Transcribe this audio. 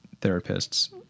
therapists